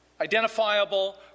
identifiable